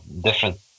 different